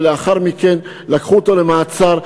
ולאחר מכן לקחו אותו למעצר.